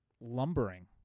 lumbering